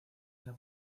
las